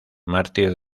mártir